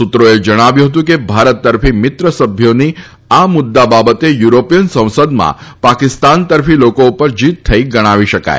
સુત્રોએ જણાવ્યું હતું કે ભારત તર્ફી મિત્ર સભ્યોની આ મુદ્દા બાબતે યુરોપીયન સંસદમાં પાકિસ્તાન તર્ફી લોકો ઉપર જીત થઇ ગણાવી શકાય